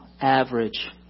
average